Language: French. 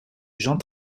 jean